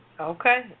Okay